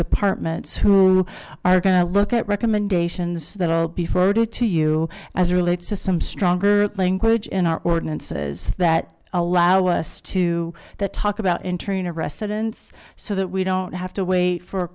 departments who are going to look at recommendations that will be forwarded to you as it relates to some stronger language in our ordinances that allow us to that talk about entering a residence so that we don't have to wait for a